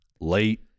late